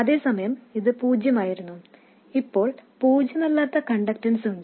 അതേസമയം ഇത് പൂജ്യമായിരുന്നു ഇപ്പോൾ പൂജ്യമല്ലാത്ത കണ്ടക്ടൻസ് ഉണ്ട്